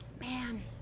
Man